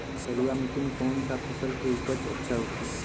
बलुआ मिट्टी में कौन सा फसल के उपज अच्छा होखी?